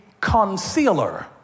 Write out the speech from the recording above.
concealer